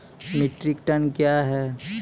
Metric ton कया हैं?